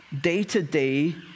day-to-day